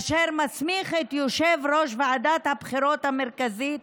אשר מסמיך את יושב-ראש ועדת הבחירות המרכזית